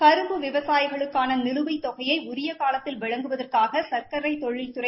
கரும்பு விவசாயிகளுக்கான நிலுவைத் தொகையை உரிய ஊலத்தில் வழங்குவதற்காக எ்க்கரைத் தொழில்துறை